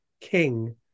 king